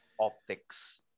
optics